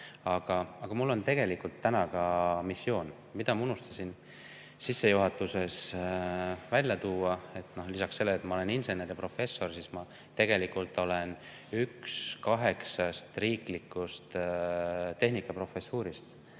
Aga mul on tegelikult täna ka missioon, mille ma unustasin sissejuhatuses välja tuua. Lisaks sellele, et ma olen insener ja professor, mul on tegelikult üks kaheksast riiklikust tehnikaprofessuurist.